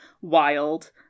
wild